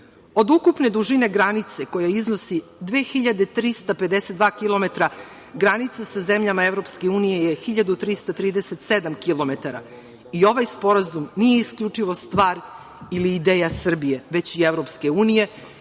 Od ukupne dužine granice, koja iznosi 2352 kilometra, granica sa zemljama EU je 1337 kilometara. Ovaj sporazum nije isključivo stvar ili ideja Srbije, već i EU